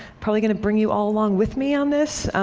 probably, going to bring you all along with me on this.